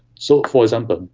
so, for example,